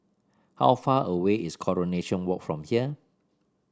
how far away is Coronation Walk from here